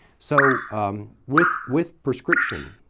so with with prescription,